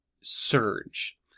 surge